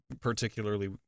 particularly